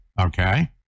Okay